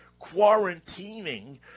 quarantining